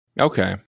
Okay